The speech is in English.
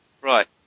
Right